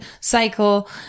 cycle